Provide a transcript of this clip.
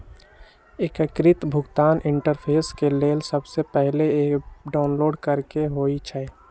एकीकृत भुगतान इंटरफेस के लेल सबसे पहिले ऐप डाउनलोड करेके होइ छइ